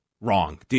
wrong